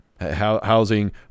housing